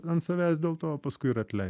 ant savęs dėl to o paskui ir atlei